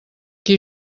qui